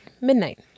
midnight